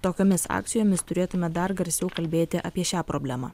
tokiomis akcijomis turėtume dar garsiau kalbėti apie šią problemą